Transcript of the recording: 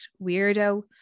weirdo